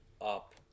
up